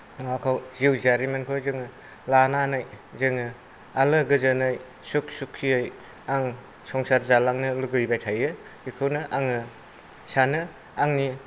माबाखौ जिउ जारिमिनखौ जोङो लानानै जोङो आलो गोजोनै सुख सुखियै आं संसार जालांनो लुगैबाय थायो बेखौनो आङो सानो आंनि